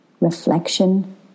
reflection